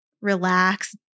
relax